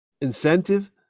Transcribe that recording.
incentive